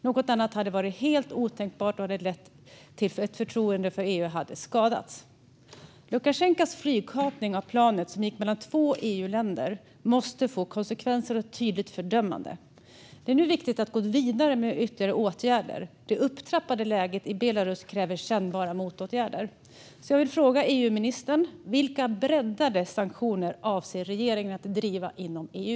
Något annat hade varit helt otänkbart, och det hade lett till att förtroendet för EU hade skadats. Lukasjenkos flygkapning av planet som gick mellan två EU-länder måste få konsekvenser och tydligt fördömas. Det är nu viktigt att gå vidare med ytterligare åtgärder. Det upptrappade läget i Belarus kräver kännbara motåtgärder. Jag vill därför fråga EU-ministern vilka breddade sanktioner regeringen avser att driva inom EU.